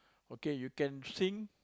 okay you can sing